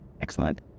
excellent